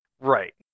Right